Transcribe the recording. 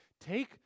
take